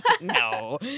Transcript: No